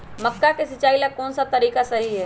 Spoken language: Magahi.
मक्का के सिचाई ला कौन सा तरीका सही है?